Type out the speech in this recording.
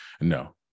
No